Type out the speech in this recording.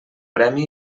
premi